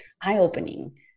eye-opening